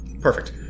Perfect